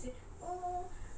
so